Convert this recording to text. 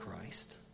Christ